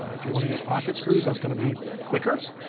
ah if you want to use pocket screws that's going to be quicker,